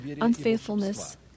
unfaithfulness